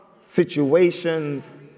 situations